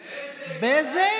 בֶּזֶק?